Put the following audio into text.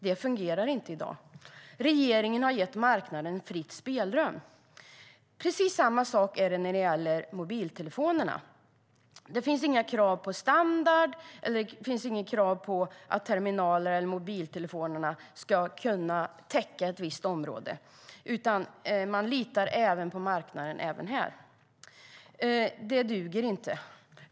Det fungerar inte i dag. Regeringen har gett marknaden fritt spelrum. Det är precis samma sak när det gäller mobiltelefonerna. Det finns inga krav på en standard. Det finns inget krav på att terminaler eller mobiltelefoner ska kunna täcka ett visst område. Man litar på marknaden även här. Det duger inte.